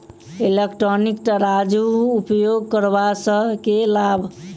Electronic तराजू उपयोग करबा सऽ केँ लाभ?